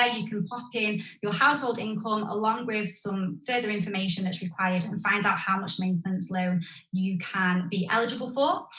ah you can pop in your household income along with some further information that's required and find out how much maintenance loan you can be eligible for.